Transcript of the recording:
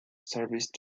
service